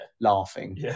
laughing